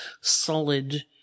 solid